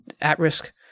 at-risk